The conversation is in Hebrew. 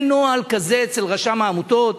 אין נוהל כזה אצל רשם העמותות.